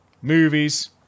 Movies